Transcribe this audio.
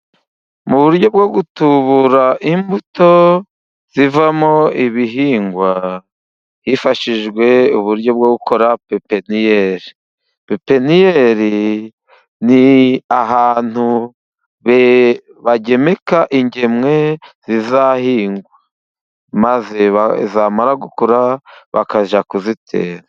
Mu buryo bwo gutubura imbuto zivamo ibihingwa ,hifashishijwe uburyo bwo gukora pepiniyeri, pepiniyeri ni ahantu bagemeka ingemwe zizahingwa, maze zamara gukura bakajya kuzitera.